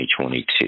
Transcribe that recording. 2022